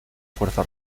fuerza